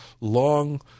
long